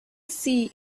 see